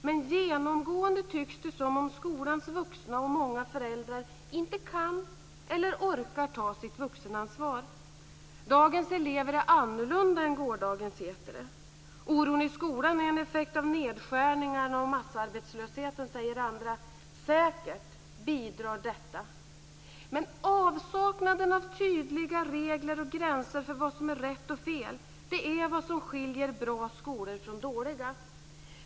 Men genomgående tycks det som om skolans vuxna och många föräldrar inte kan eller orkar ta sitt vuxenansvar. Dagens elever är annorlunda än gårdagens, heter det. Oron i skolan är en effekt av nedskärningarna och massarbetslösheten, säger andra. Säkert bidrar detta. Men avsaknaden av tydliga regler och gränser för vad som är rätt och fel är vad som skiljer bra skolor från dåliga.